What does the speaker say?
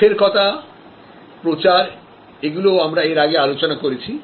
মুখের কথা প্রচার এগুলো আমরা এর আগে আলোচনা করেছি